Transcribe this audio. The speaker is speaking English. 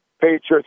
Patriots